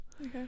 Okay